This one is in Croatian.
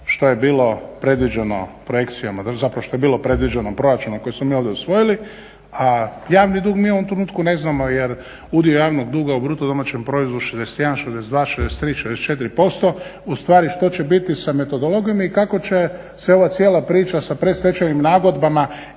što je bilo predviđeno projekcijama zapravo što je bilo predviđeno proračunom koji smo mi ovdje usvojili. A javni dug mi u ovom trenutku ne znamo jel' udio javnog duga u bruto domaćem proizvodu 61, 62, 63, 64%, u stvari što će biti sa metodologijom i kako će se ova cijela priča sa predstečajnim nagodbama